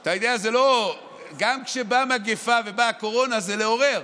אתה יודע, גם כשבאה מגפה ובאה קורונה, זה לעורר,